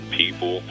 people